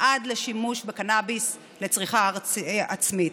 עד לשימוש בקנביס לצריכה עצמית.